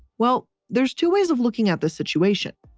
well, there's two ways of looking at this situation.